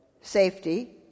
Safety